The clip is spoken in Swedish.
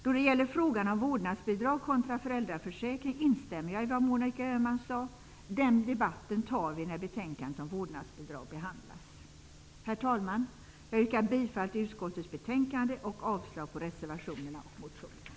Då det gäller frågan om vårdnadsbidrag kontra föräldraförsäkring instämmer jag i vad Monica Öhman sade. Den debatten tar vi när betänkandet om vårdnadsbidrag behandlas. Herr talman! Jag yrkar bifall till hemställan i utskottets betänkande och avslag på reservationerna och motionerna.